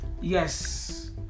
yes